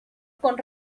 con